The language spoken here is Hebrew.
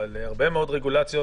אבל הרבה מאוד רגולציות